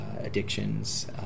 addictions